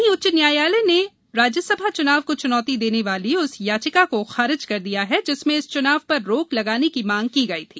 वहीं उच्चन्यायालय ने राज्यसभा चूनाव को चूनौति देने वाली उस याचिका को खारिज कर दिया है जिसमें इस चुनाव पर रोक लगाने की मांग की गई थी